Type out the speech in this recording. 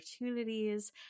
opportunities